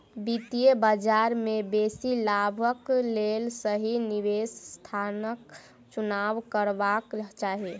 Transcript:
वित्तीय बजार में बेसी लाभक लेल सही निवेश स्थानक चुनाव करबाक चाही